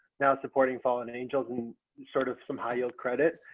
now supporting fallen angels and sort of some high yield credit,